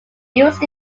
used